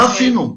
מה עשינו?